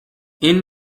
این